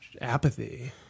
apathy